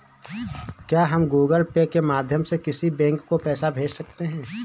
क्या हम Google Pay के माध्यम से किसी बैंक को पैसे भेज सकते हैं?